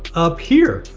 up here.